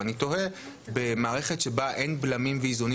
ואני תוהה במערכת שבה אין בלמים ואיזונים